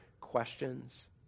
questions